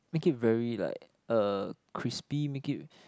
make it very like uh crispy make it